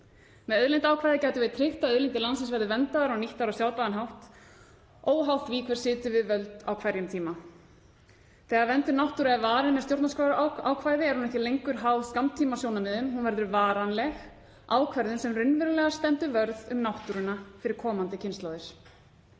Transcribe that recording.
Með auðlindaákvæði gætum við tryggt að auðlindir landsins verði verndaðar og nýttar á sjálfbæran hátt óháð því hver situr við völd á hverjum tíma. Þegar vernd náttúru er varin með stjórnarskrárákvæði er hún ekki lengur háð skammtímasjónarmiðum, hún verður varanleg ákvörðun sem raunverulega stendur vörð um náttúruna fyrir komandi kynslóðir.